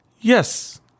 Yes